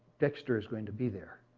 dexter is going to be there.